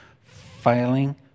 failing